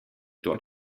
dort